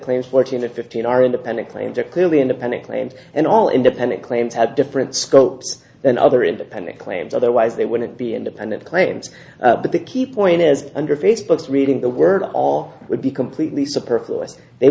players fourteen or fifteen are independent claims are clearly independent claims and all independent claims have different scopes than other independent claims otherwise they wouldn't be independent claims but the key point is under facebook's reading the word all would be completely superfluous they